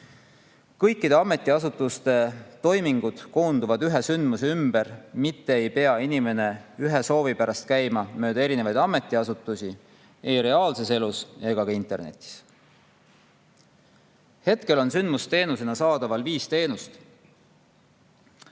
Kõikide ametiasutuste toimingud koonduvad ühe sündmuse ümber, mitte ei pea inimene ühe soovi pärast käima mööda erinevaid ametiasutusi, ei reaalses elus ega ka internetis. Hetkel on sündmusteenusena saadaval viis teenust